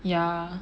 yeah